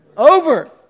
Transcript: Over